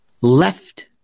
left